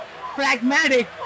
pragmatic